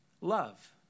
love